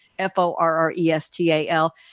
F-O-R-R-E-S-T-A-L